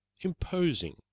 imposing